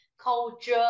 culture